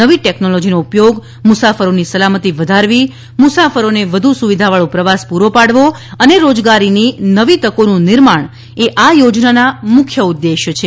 નવી ટેકનોલોજીનો ઉપયોગ મુસાફરોની સલામતી વધારવી મુસાફરોને વધુ સુવિધાવાળો પ્રવાસ પૂરો પાડવો અને રોજગારીની નવી તકોનું નિર્માણ એ આ યોજનાના મુખ્ય ઉદ્દેશ છે